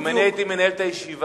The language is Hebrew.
אם אני הייתי מנהל את הישיבה,